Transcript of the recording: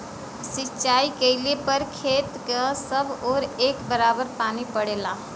सिंचाई कइले पर खेत क सब ओर एक बराबर पानी पड़ेला